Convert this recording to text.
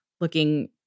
looking